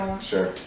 Sure